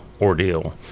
ordeal